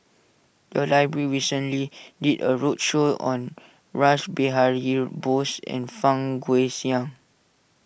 the library recently did a roadshow on Rash Behari Bose and Fang Guixiang